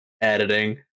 editing